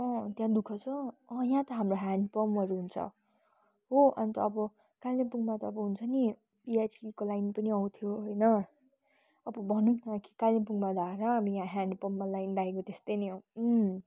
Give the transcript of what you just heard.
त्यहाँ दुखः छ यहाँ त हाम्रो ह्यान्डपम्पहरू हुन्छ हो अन्त अब कालिम्पोङमा त अब हुन्छ नि पिएचईको लाइन पनि आउँथ्यो होइन अब भनौँ न कि कालिम्पोङमा धारा हामी या ह्यान्डपम्पमा लाइन लागेको त्यस्तै नै हो